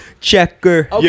Checker